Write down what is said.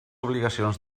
obligacions